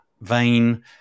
vein